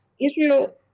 Israel